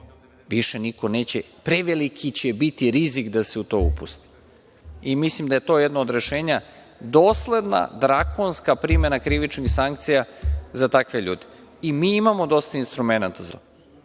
više niko neće, odnosno preveliki će biti rizik da se u to upusti. Mislim da je to jedno od rešenja, dosledna drakonska primena krivičnih sankcija za takve ljude. Mi imamo dosta instrumenata za to